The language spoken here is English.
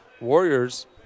Warriors